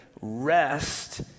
rest